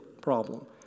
problem